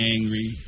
angry